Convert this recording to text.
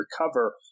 recover